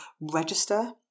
register